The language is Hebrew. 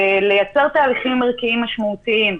לייצר תהליכים ערכיים משמעותיים,